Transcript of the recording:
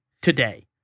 today